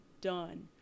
done